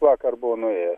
vakar buvau nuėjęs